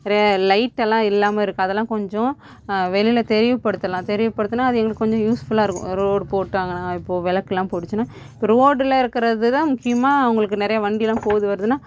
ஒரு லைட்டெல்லாம் இல்லாமல் இருக்கும் அதெலாம் கொஞ்சம் வெளியில் தெரிவுபடுத்துலாம் தெரிவுபடுத்துனா அது எங்களுக்கு கொஞ்சம் யூஸ்ஃபுல்லாருக்கும் ரோடு போட்டாங்கனா இப்போ விளக்குலாம் போயிடுச்சுனா ரோட்டில் இருக்கிறது தான் முக்கியமான அவங்களுக்கு நிறைய வண்டியெல்லாம் போகுது வருதுனா